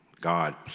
God